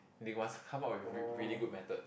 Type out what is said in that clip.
they wants come out with with really good mathod